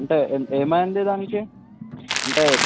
అంటే ఏ ఏమైంది దానికి అంటే